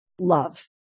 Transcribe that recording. love